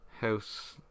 House